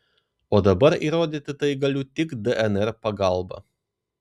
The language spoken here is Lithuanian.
o dabar įrodyti tai galiu tik dnr pagalba